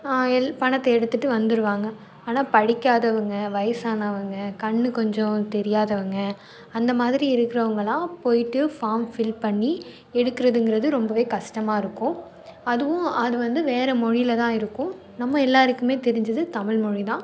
L பணத்தை எடுத்துகிட்டு வந்திருவாங்க ஆனால் படிக்காதவங்கள் வயசானவங்கள் கண் கொஞ்சம் தெரியாதவங்கள் அந்த மாதிரி இருக்கிறவங்கள்லாம் போய்விட்டு ஃபார்ம் ஃபில் பண்ணி எடுக்குறதுங்கிறது ரொம்பவே கஷ்டமா இருக்கும் அதுவும் அது வந்து வேற மொழியில் தான் இருக்கும் நம்ம எல்லாருக்குமே தெரிஞ்சது தமிழ்மொழிதான்